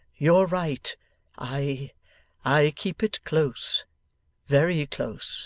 you're right i i keep it close very close